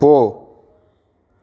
போ